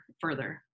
further